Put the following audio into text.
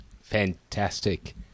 Fantastic